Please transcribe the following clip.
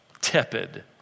tepid